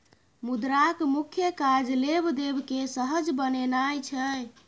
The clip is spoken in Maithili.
मुद्राक मुख्य काज लेब देब केँ सहज बनेनाइ छै